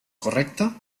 correcta